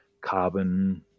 carbon